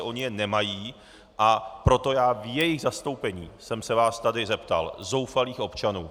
Oni je nemají, a proto já v jejich zastoupení jsem se vás tady zeptal, zoufalých občanů.